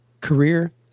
career